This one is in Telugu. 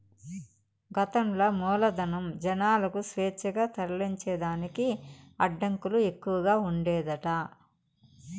గతంల మూలధనం, జనాలకు స్వేచ్ఛగా తరలించేదానికి అడ్డంకులు ఎక్కవగా ఉండేదట